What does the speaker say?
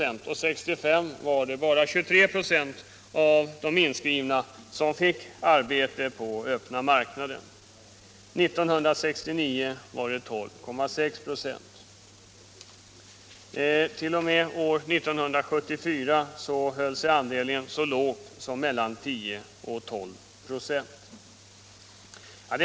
1965 var det bara 23 26 av de inskrivna som fick arbete på den öppna marknaden, och 1969 var det 12,6 96. T. o. m. år 1974 höll sig andelen så låg som mellan 10 och 12 96.